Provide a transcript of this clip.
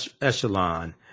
echelon